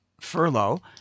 furlough